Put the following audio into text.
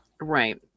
Right